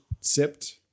sipped